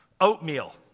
Oatmeal